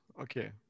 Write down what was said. Okay